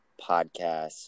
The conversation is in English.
podcasts